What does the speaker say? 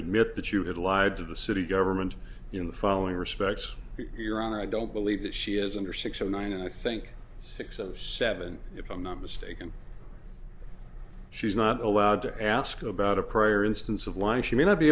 admit that you had lied to the city government in the following respects your honor i don't believe that she is under six zero nine and i think six of seven if i'm not mistaken she's not allowed to ask about a prior instance of life she may not be